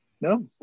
no